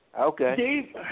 Okay